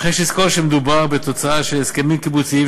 אך יש לזכור שמדובר בתוצאה של הסכמים קיבוציים,